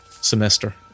semester